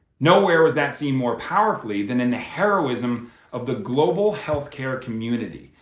nowhere was that seem more powerfully than in the heroism of the global healthcare community.